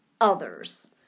others